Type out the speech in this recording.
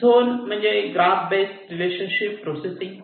zone म्हणजे graph base relationship processing